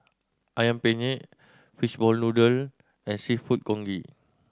Ayam Penyet fish ball noodle and Seafood Congee